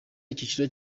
icyiciro